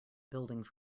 buildings